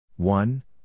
One